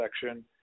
section